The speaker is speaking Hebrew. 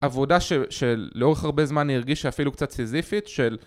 עבודה של של לאורך הרבה זמן היא הרגישה אפילו קצת סיזיפית של